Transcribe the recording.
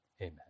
Amen